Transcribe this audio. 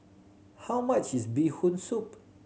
how much is Bee Hoon Soup